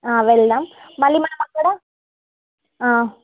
వెళ్దాం మళ్ళీ మనం అక్కడ